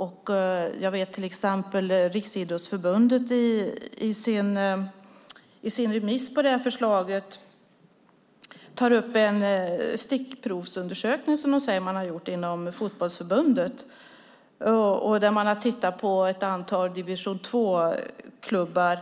I sin remiss på förslaget tog Riksidrottsförbundet upp en stickprovsundersökning som man har gjort inom Fotbollförbundet. Där har man tittat på ett antal division 2-klubbar,